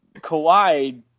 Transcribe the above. Kawhi